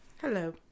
Hello